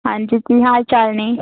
ਹਾਂਜੀ ਕੀ ਹਾਲ ਚਾਲ ਨੇ